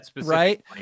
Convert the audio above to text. Right